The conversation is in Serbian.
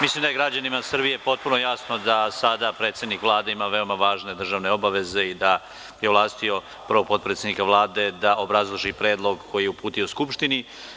Mislim da je građanima Srbije potpuno jasno da sada predsednik Vlade ima veoma važne državne obaveze i da je ovlastio prvog potpredsednika Vlade da obrazloži predlog koji je uputio Skupštini.